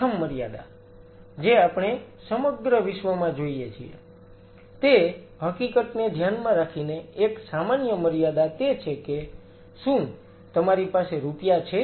પ્રથમ મર્યાદા જે આપણે સમગ્ર વિશ્વમાં જોઈએ છીએ તે હકીકતને ધ્યાનમાં રાખીને એક સામાન્ય મર્યાદા તે છે કે શું તમારી પાસે રૂપિયા છે